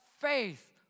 faith